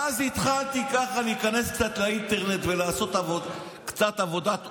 ואז התחלתי ככה להיכנס קצת לאינטרנט ולעשות קצת עבודת עומק,